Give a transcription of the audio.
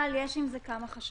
אבל יש עם זה כמה חששות.